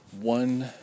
one